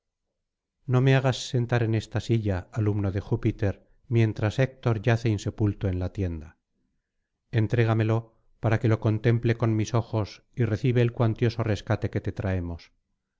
no me hagas sentar en esta silla alumno de júpiter mientras héctor yace insepulto en la tienda entrégamelo para que lo contemple con mis ojos y recibe el cuantioso rescate que te traemos